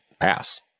pass